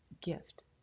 gift